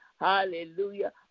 hallelujah